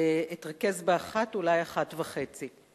אתרכז באחת, אולי אחת וחצי.